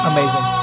Amazing